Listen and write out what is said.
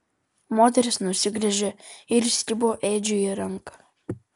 moteris nusigręžė ir įsikibo edžiui į ranką